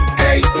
hey